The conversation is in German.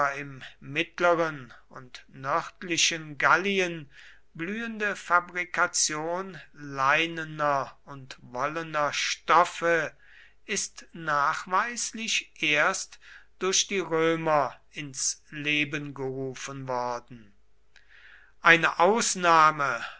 im mittleren und nördlichen gallien blühende fabrikation leinener und wollener stoffe ist nachweislich erst durch die römer ins leben gerufen worden eine ausnahme